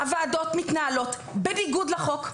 הוועדות מתנהלות בניגוד לחוק,